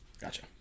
Gotcha